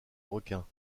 requins